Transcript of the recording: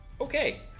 Okay